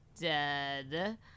dead